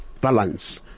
balance